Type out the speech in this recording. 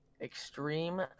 extreme